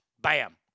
Bam